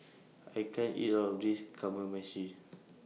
I can't eat All of This Kamameshi